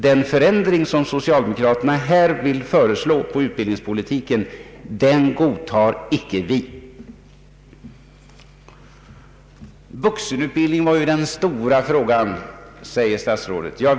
Den förändring som socialdemokraterna nu vill genomföra beträffande utbildningspolitiken godtar icke vi. Statsrådet säger att vuxenutbildningen är den stora frågan.